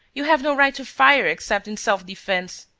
you have no right to fire except in self-defence.